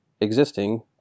existing